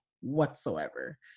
whatsoever